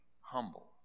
humble